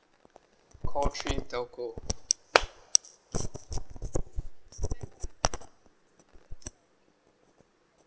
call three telco